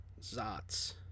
Zots